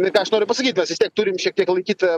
nu ir ką aš noriu pasakyt mes vis tiek turim šiek tiek laikyt